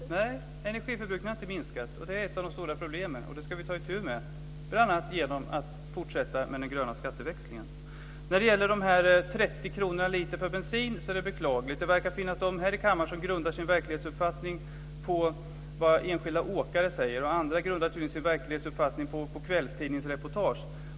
Fru talman! Nej, energiförbrukningen har inte minskat, och det är ett av de stora problemen, och det ska vi ta itu med, bl.a. genom att fortsätta med den gröna skatteväxlingen. När det gäller att bensinen ska kosta 30 kr per liter, så är det beklagligt. Det verkar finnas en del här i kammaren som grundar sin verklighetsuppfattning på vad enskilda åkare säger, och andra grundar tydligen sin verklighetsuppfattning på kvällstidningsreportage.